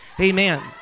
Amen